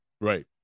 Right